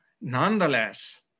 Nonetheless